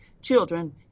children